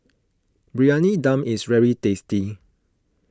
Briyani Dum is very tasty